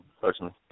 personally